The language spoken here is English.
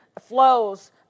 flows